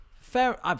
fair